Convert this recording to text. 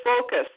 focus